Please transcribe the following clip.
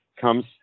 comes